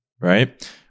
right